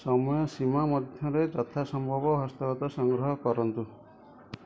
ସମୟ ସୀମା ମଧ୍ୟରେ ଯଥାସମ୍ଭବ ଦସ୍ତଖତ ସଂଗ୍ରହ କରନ୍ତୁ